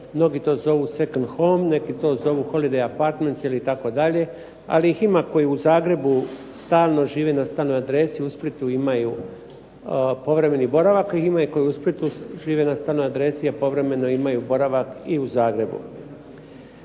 Mnogi to zovu secund home, neki to zovu holliday apartmance ili itd. Ali ih ima koji u Zagrebu stalno žive na stalnoj adresi, u Splitu imaju povremeni boravak. Ima ih koji u Splitu žive na stalnoj adresi, a povremeno imaju boravak i u Zagrebu.